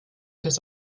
das